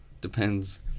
Depends